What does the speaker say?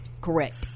correct